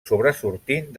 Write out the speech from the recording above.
sobresortint